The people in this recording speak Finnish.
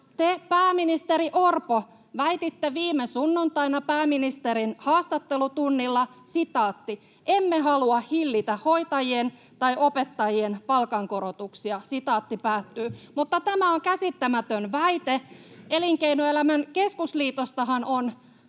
Te, pääministeri Orpo, väititte viime sunnuntaina pääministerin haastattelutunnilla: ”Emme halua hillitä hoitajien tai opettajien palkankorotuksia.” Tämä on käsittämätön väite. Elinkeinoelämän keskusliitostahan on